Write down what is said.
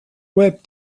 web